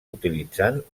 utilitzant